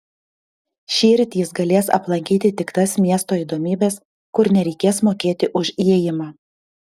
šįryt jis galės aplankyti tik tas miesto įdomybes kur nereikės mokėti už įėjimą